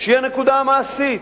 שהיא הנקודה המעשית: